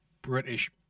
British